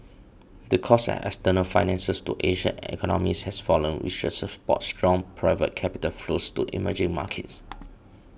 the cost of external finance to Asian economies has fallen which should support strong private capital flows to emerging markets